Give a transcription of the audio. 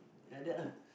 like that lah